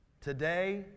today